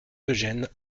eugène